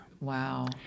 Wow